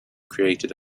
created